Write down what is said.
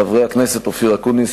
חברי הכנסת אופיר אקוניס,